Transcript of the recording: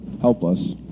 helpless